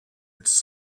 its